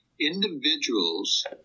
individuals